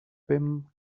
him